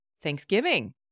Thanksgiving